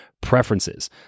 preferences